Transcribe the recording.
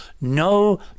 no